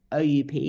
OUP